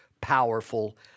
powerful